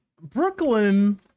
Brooklyn